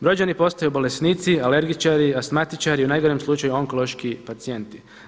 Brođani postaju bolesnici, alergičari, asmatičari u najgorem slučaju onkološki pacijenti.